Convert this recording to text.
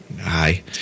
hi